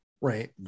right